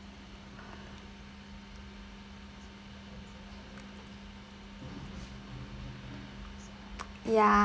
ya